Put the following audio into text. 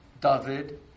David